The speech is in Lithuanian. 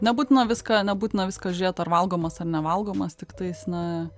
nebūtina viską nebūtina viską žiūrėt ar valgomas ar ne valgomas tik tais na